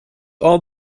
all